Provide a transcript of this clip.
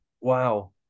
wow